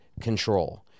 control